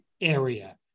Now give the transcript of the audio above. area